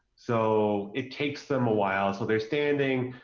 so, it takes them a while so they're standing,